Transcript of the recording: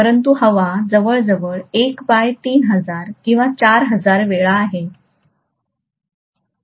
परंतु हवा जवळजवळ 1 बाय 3000 किंवा 4000 वेळा आहे